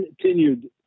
Continued